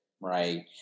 right